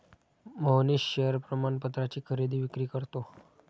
Mohnish share प्रमाणपत्राची खरेदी विक्री करतो